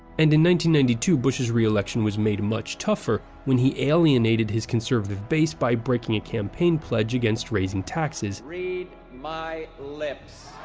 and ninety ninety two, bush's reelection was made much tougher when he alienated his conservative base by breaking a campaign pledge against raising taxes. read my lips